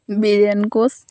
Biren Koch